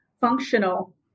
functional